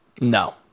No